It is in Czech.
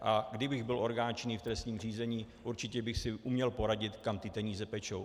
A kdybych byl orgán činný v trestním řízení, určitě bych si uměl poradit, kam ty peníze tečou.